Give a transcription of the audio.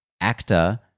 actor